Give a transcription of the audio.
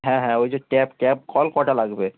হ্যাঁ হ্যাঁ ওই যে ট্যাপ ট্যাপ কল কটা লাগবে